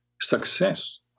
success